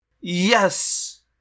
Yes